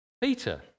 Peter